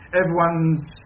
everyone's